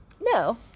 No